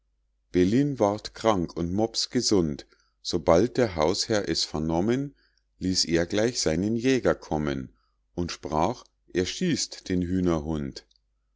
bellin ward krank und mops gesund sobald der hausherr es vernommen ließ er gleich seinen jäger kommen und sprach erschießt den hühnerhund